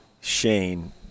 Shane